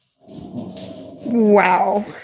Wow